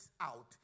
out